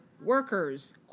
workers